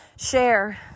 share